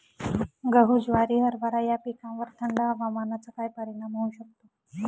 गहू, ज्वारी, हरभरा या पिकांवर थंड हवामानाचा काय परिणाम होऊ शकतो?